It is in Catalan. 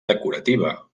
decorativa